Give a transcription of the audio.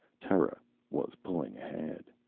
terra was pulling ahead.